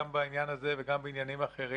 גם בעניין הזה וגם בעניינים אחרים,